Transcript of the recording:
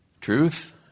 truth